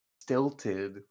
stilted